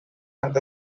and